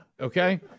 Okay